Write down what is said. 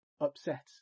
upset